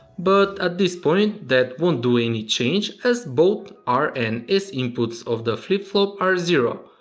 but at this point that won't do any change as both r and s inputs of the flip flop are zero.